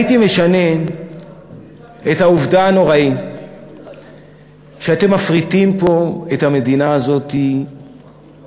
הייתי משנה את העובדה הנוראית שאתם מפריטים פה את המדינה הזאת לדעת.